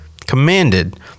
commanded